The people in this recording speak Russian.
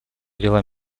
взяла